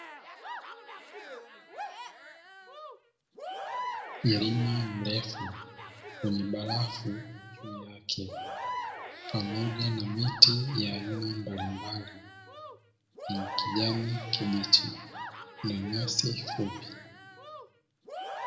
Mlima mrefu wenye barafu juu yake pamoja na miti ya aina mbalimbali yenye kijani kibichi na nyasi fupi.